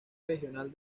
regional